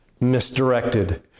misdirected